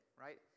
right